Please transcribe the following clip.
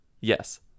Yes